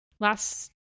Last